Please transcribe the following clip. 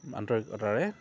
আন্তৰিকতাৰে